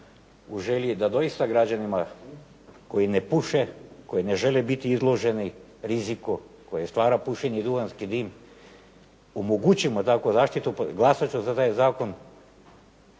u želji da doista građanima koji ne puše, koji ne žele biti izloženi riziku koje stvara pušenje i duhanski dim, omogućimo takvu zaštitu, glasati ću za taj zakon